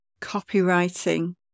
copywriting